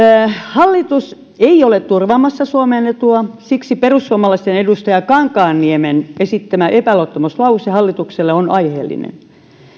hallitus ei ole turvaamassa suomen etua siksi perussuomalaisten edustaja kankaanniemen esittämä epäluottamuslause hallitukselle on aiheellinen